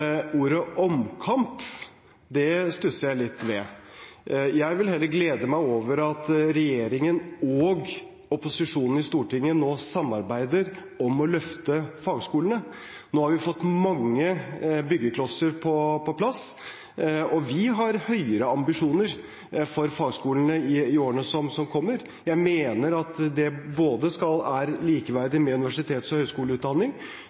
Ordet «omkamp» stusser jeg litt ved. Jeg vil heller glede meg over at regjeringen og opposisjonen i Stortinget nå samarbeider om å løfte fagskolene. Nå har vi fått mange byggeklosser på plass, og vi har høyere ambisjoner for fagskolene i årene som kommer. Jeg mener at de er likeverdige med universiteter og